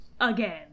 again